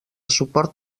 suport